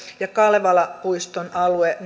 ja kalevalapuiston alue